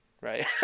right